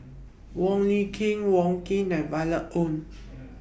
Wong Lin Ken Wong Keen and Violet Oon